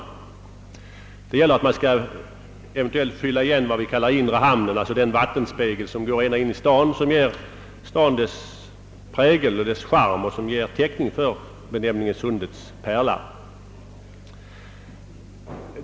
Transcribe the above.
Vad frågan gäller är ett projekt att fylla igen vad vi kallar inre hamnen, d. v. s. den vattenspegel som går ända in i staden och ger denna dess prägel och charm och som ger täckning för benämningen Sundets pärla.